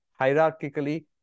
hierarchically